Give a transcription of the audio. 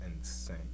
Insane